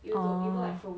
orh